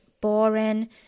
boring